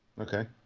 Okay